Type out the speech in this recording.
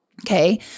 Okay